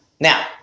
Now